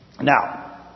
Now